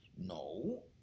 No